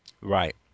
Right